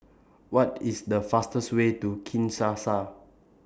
What IS The fastest Way to Kinshasa